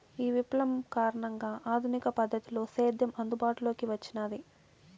ఈ విప్లవం కారణంగా ఆధునిక పద్ధతిలో సేద్యం అందుబాటులోకి వచ్చినాది